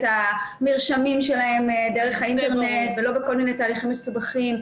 המרשמים שלהם דרך האינטרנט ולא בכל מיני תהליכים מסובכים,